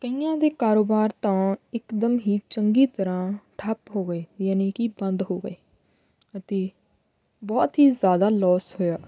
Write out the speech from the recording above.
ਕਈਆਂ ਦੇ ਕਾਰੋਬਾਰ ਤਾਂ ਇਕਦਮ ਹੀ ਚੰਗੀ ਤਰ੍ਹਾਂ ਠੱਪ ਹੋ ਗਏ ਯਾਨੀ ਕਿ ਬੰਦ ਹੋ ਗਏ ਅਤੇ ਬਹੁਤ ਹੀ ਜ਼ਿਆਦਾ ਲੋਸ ਹੋਇਆ